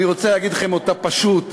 אני רוצה להגיד לכם אותה פשוט.